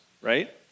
right